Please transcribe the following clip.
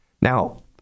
Now